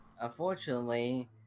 Unfortunately